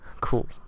cool